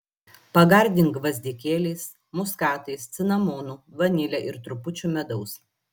pagardink gvazdikėliais muskatais cinamonu vanile ir trupučiu medaus